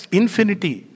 infinity